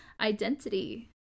identity